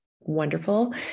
wonderful